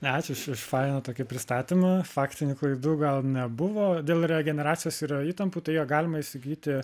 ačiū už už fainą tokį pristatymą faktinių klaidų gal nebuvo dėl regeneracijos yra įtampų tai ją galima įsigyti